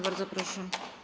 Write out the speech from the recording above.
Bardzo proszę.